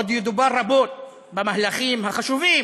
עוד ידובר רבות במהלכים החשובים